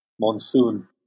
monsoon